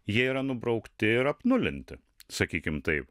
jie yra nubraukti ir apnulinti sakykim taip